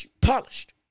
polished